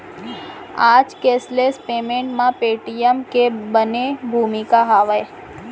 आज cashless payment म Paytm के बने भूमिका हावय